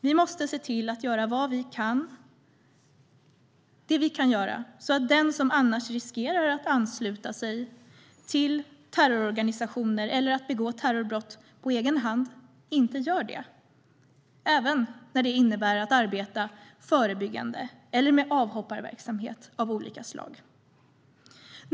Vi måste se till att göra vad vi kan även när det innebär att arbeta förebyggande eller med avhopparverksamhet av olika slag så att den som annars riskerar att ansluta sig till terrororganisationer eller att begå terrorbrott inte gör det.